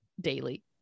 daily